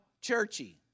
churchy